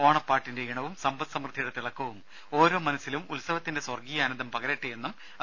ഓണപ്പാട്ടിന്റെ ഈണവും സമ്പൽസമൃദ്ധിയുടെ തിളക്കവും ഓരോ മനസ്സിലും ഉത്സവത്തിന്റെ സ്വർഗീയാനന്ദം പകരട്ടെയെന്നും അദ്ദേഹം പറഞ്ഞു